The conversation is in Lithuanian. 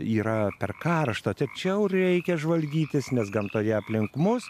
yra per karšta tačiau reikia žvalgytis nes gamtoje aplink mus